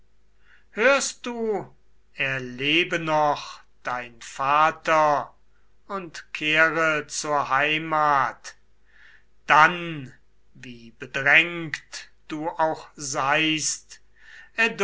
hörst du er lebe noch dein vater und kehre zur heimat dann wie bedrängt du auch seist